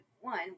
one